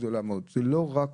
זה לא רק